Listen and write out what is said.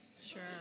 Sure